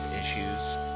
issues